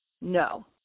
no